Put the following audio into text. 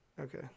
Okay